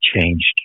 changed